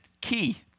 key